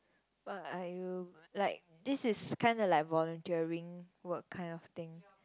what are you like this is kind of like volunteering work kind of thing